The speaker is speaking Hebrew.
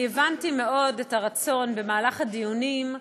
אני הבנתי מאוד את הרצון במהלך הדיונים.